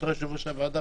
לרשותך יושב-ראש הוועדה,